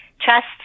trust